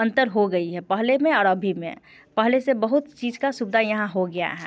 अंतर हो गई हैं पहले में और अभी में पहले से बहुत चीज का सुविधा यहाँ हो गया है